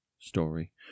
story